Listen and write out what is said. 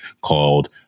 called